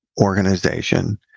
organization